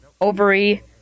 ovary